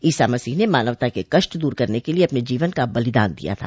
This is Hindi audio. ईसा मसीह ने मानवता के कष्ट दूर करने के लिए अपने जीवन का बलिदान दिया था